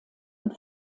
und